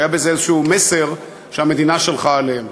היה בזה איזשהו מסר שהמדינה שלחה לגביהן.